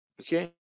Okay